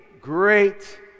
great